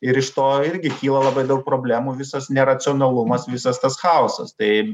ir iš to irgi kyla labai daug problemų visas neracionalumas visas tas chaosas tai